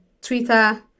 Twitter